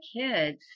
kids